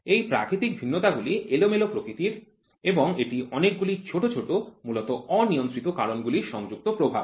এই প্রাকৃতিক ভিন্নতাগুলি এলোমেলো প্রকৃতির এবং এটি অনেকগুলি ছোট ছোট মূলত অনিয়ন্ত্রিত কারণগুলির সংযুক্ত প্রভাব